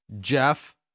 Jeff